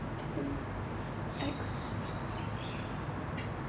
x